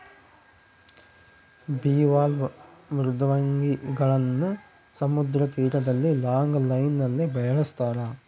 bivalve ಮೃದ್ವಂಗಿಗಳನ್ನು ಸಮುದ್ರ ತೀರದಲ್ಲಿ ಲಾಂಗ್ ಲೈನ್ ನಲ್ಲಿ ಬೆಳಸ್ತರ